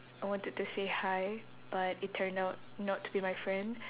I wanted to say hi but it turned out not to be my friend